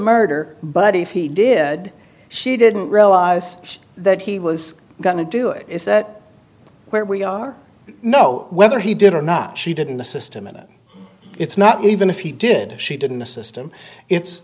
murder but if he did she didn't realise that he was going to do it is that where we are know whether he did or not she did in the system and it's not even if he did she didn't the system it's